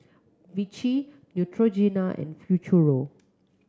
Vichy Neutrogena and Futuro